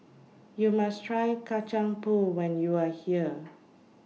YOU must Try Kacang Pool when YOU Are here